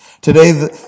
Today